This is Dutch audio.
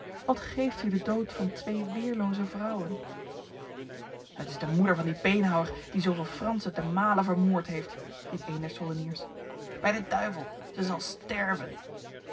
wat geeft u de dood van twee weerloze vrouwen het is de moeder van die beenhouwer die zoveel fransen te male vermoord heeft riep een der soldeniers bij de duivel zij zal sterven